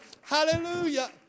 hallelujah